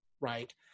right